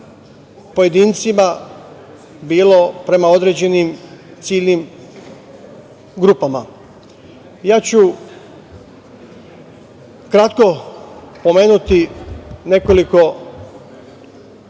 pojedincima, bilo prema određenim ciljnim grupama. Ja ću kratko pomenuti nekoliko